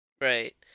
Right